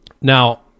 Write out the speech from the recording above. Now